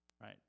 right